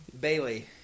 Bailey